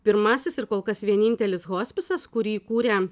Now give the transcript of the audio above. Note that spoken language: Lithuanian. pirmasis ir kol kas vienintelis hospisas kurį įkūrė